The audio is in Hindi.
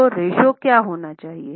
तो रेश्यो क्या होना चाहिए